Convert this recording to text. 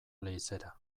leizera